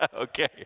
Okay